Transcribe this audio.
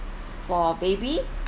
for baby